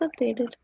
updated